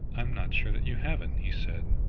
i am not sure that you haven't, he said.